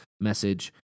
message